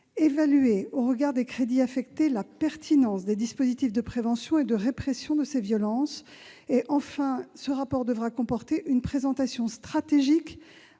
évaluer au regard des crédits affectés la pertinence des dispositifs de prévention et de répression de ces violences. Il comportera une présentation stratégique